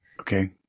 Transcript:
okay